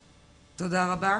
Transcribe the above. איריס, תודה רבה.